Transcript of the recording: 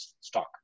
stock